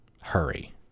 hurry